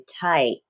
Tight